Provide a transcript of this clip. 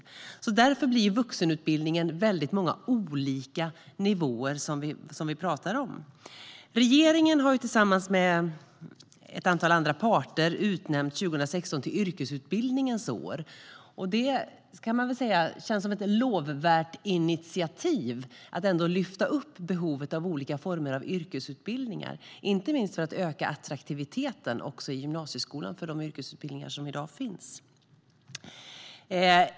Därför blir det så att vi talar om vuxenutbildningen på väldigt många olika nivåer. Regeringen har tillsammans med ett antal andra parter utnämnt 2016 till yrkesutbildningens år, och det känns som ett lovvärt initiativ att ändå lyfta upp behovet av olika former av yrkesutbildningar, inte minst för att öka attraktiviteten också i gymnasieskolan för de yrkesutbildningar som i dag finns.